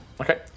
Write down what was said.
Okay